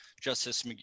Justice